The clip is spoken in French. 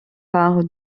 par